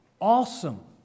awesome